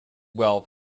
wealth